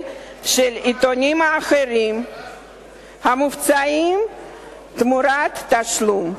של העיתונים האחרים המופצים תמורת תשלום.